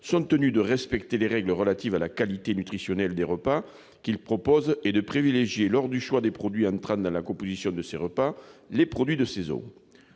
sont tenus de respecter des règles relatives à la qualité nutritionnelle des repas qu'ils proposent et de privilégier, lors du choix des produits entrant dans la composition de ces repas, les produits de saison.